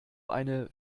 eine